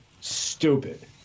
stupid